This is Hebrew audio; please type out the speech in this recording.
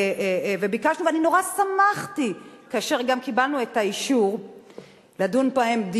וביקשנו ואני נורא שמחתי כאשר קיבלנו את האישור לדון פה היום.